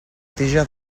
tija